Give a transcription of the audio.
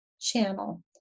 channel